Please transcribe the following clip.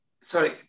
sorry